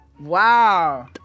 Wow